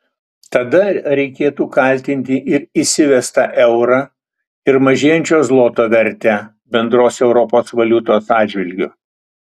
tada reikėtų kaltinti ir įsivestą eurą ir mažėjančio zloto vertę bendros europos valiutos atžvilgiu